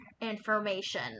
information